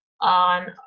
on